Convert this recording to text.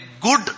good